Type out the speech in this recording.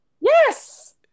Yes